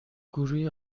گروه